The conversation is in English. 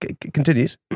continues